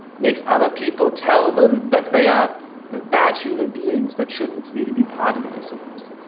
makes other people tell them that they are bad human beings. that shouldn't really be part of a discourse.